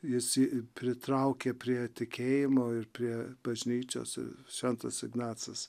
jis jį pritraukė prie tikėjimo ir prie bažnyčios šventas ignacas